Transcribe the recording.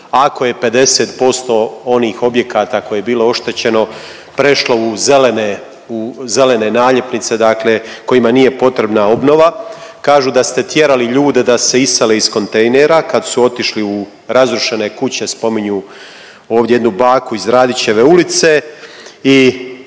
Ako je 50% onih objekata koje je bilo oštećeno prešlo u zelene, u zelene naljepnice, dakle kojima nije potrebna obnova, kažu da ste tjerali ljude da se isele iz kontejnera kad su otišli u razrušene kuće, spominju ovdje jednu baku iz Radićeve ulice